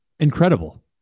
incredible